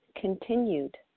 continued